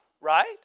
right